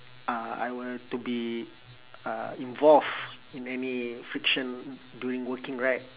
uh I were to be uh involved in any friction during working right